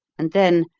and then,